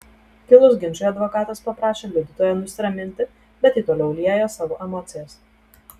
kilus ginčui advokatas paprašė liudytoją nusiraminti bet ji toliau liejo savo emocijas